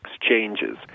exchanges